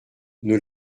nos